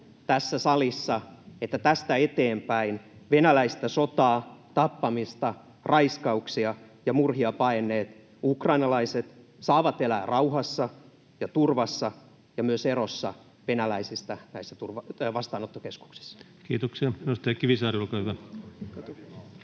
tässä salissa, että tästä eteenpäin venäläistä sotaa, tappamista, raiskauksia ja murhia paenneet ukrainalaiset saavat elää rauhassa ja turvassa ja myös erossa venäläisistä vastaanottokeskuksissa? Kiitoksia. — Edustaja Kivisaari, olkaa hyvä.